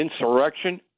insurrection